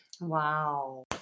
Wow